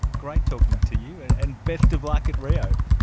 great talking to you, and and best of luck at rio.